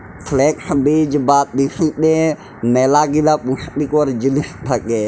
flakes বীজ বা তিসিতে ম্যালাগিলা পুষ্টিকর জিলিস থ্যাকে